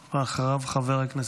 ואחריו, חבר הכנסת פינדרוס.